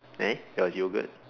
eh there was yogurt